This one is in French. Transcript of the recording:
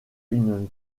une